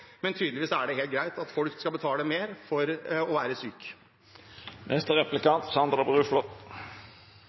men tydeligvis er det helt greit at folk skal betale mer for å være